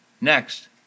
Next